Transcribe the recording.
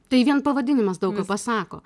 tai vien pavadinimas daug ką pasako